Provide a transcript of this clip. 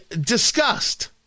discussed